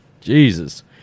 Jesus